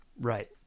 Right